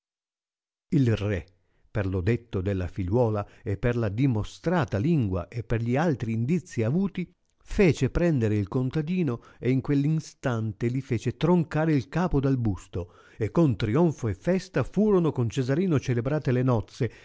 il re per lo detto della figliuola e per la dimostrata lingua e per gli altri indizi avuti fece prendere il contadino e in quell'instante li fece troncare il capo dal busto e con trionfo e festa furono con cesarino celebrate le nozze